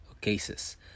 cases